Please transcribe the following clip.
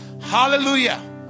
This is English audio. hallelujah